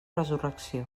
resurrecció